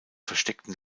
versteckten